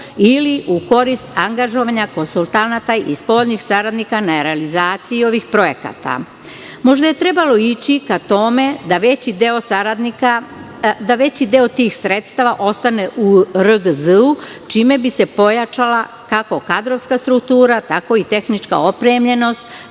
ili u korist angažovanja konsultanata i spoljnih saradnika na realizaciji ovih projekata. Možda je trebalo ići ka tome da veći deo tih sredstava ostane u RGZ čime bi se pojačala kako kadrovska struktura, tako i tehnička opremljenost,